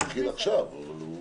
הוא לא התחיל עכשיו אבל הוא